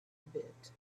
bit